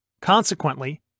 Consequently